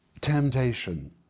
temptation